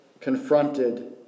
confronted